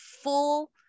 full